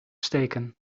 steken